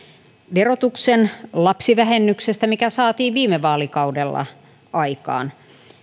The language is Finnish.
verotuksen lapsivähennyksestä mikä saatiin viime vaalikaudella aikaan